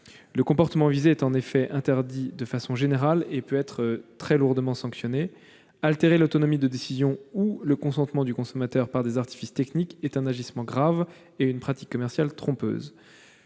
Le comportement visé est en effet interdit de façon générale et peut être très lourdement sanctionné. Altérer l'autonomie de décision ou le consentement du consommateur par des artifices techniques est un agissement grave et une pratique commerciale trompeuse.